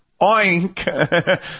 oink